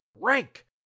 rank